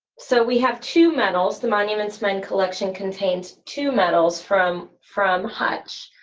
so we have two medals, the monuments men collection contains two medals from from hutch,